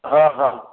हा हा